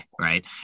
right